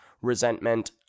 resentment